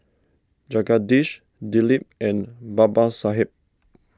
Jagadish Dilip and Babasaheb